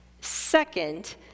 Second